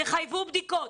תחייבו בדיקות.